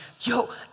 Yo